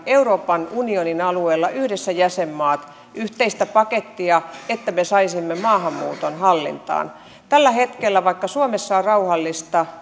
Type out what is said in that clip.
euroopan unionin alueella jäsenmaat yhdessä yhteistä pakettia että me saisimme maahanmuuton hallintaan tällä hetkellä vaikka suomessa on rauhallista